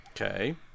okay